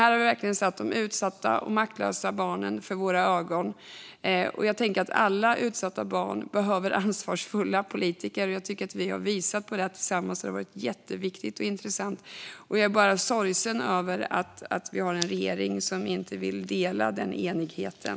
Här har vi verkligen haft de utsatta och maktlösa barnen för våra ögon. Jag tänker att alla utsatta barn behöver ansvarsfulla politiker, och jag tycker att vi tillsammans har visat på detta. Det har varit jätteviktigt och intressant, och jag är bara sorgsen över att vi har en regering som inte vill dela den enigheten.